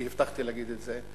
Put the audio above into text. כי הבטחתי להגיד את זה,